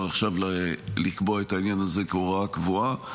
עכשיו לקבוע את העניין הזה כהוראה קבועה.